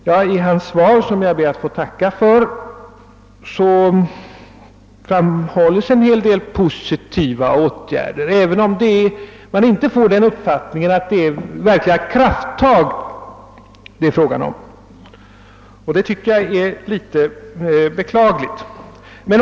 Ja, i hans svar, som jag ber att få tacka för, pekas på en hel del positiva åtgärder, även om man inte får den uppfattningen att det gäller verkliga krafttag. Det tycker jag är beklagligt.